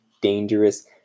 dangerous